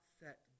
set